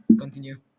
continue